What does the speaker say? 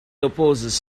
opposes